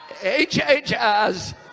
HHS